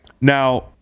Now